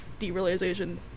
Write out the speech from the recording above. derealization